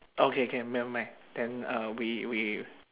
okay can nevermind then uh we we